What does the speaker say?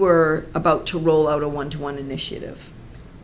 were about to roll out a one to one initiative